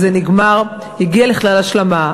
אז זה נגמר, הגיע לכלל השלמה.